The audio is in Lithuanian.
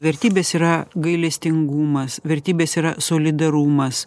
vertybės yra gailestingumas vertybės yra solidarumas